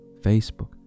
Facebook